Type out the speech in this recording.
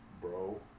bro